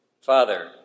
Father